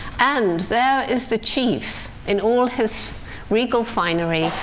and there is the chief, in all his regal finery,